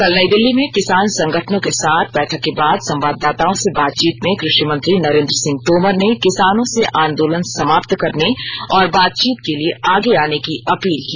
कल नई दिल्ली में किसान संगठनों के साथ बैठक के बाद संवाददाताओं से बातचीत में कृषि मंत्री नरेन्द्र सिंह तोमर ने किसानों से आंदोलन समाप्त करने और बातचीत के लिए आगे आने की अपील की